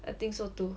I think so too